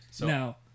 Now